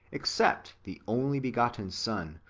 except the only-begotten son,